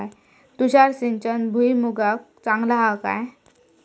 तुषार सिंचन भुईमुगाक चांगला हा काय?